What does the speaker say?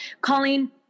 Colleen